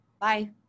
Bye